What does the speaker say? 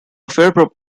fair